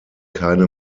keine